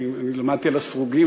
אני למדתי על ה"סרוגים",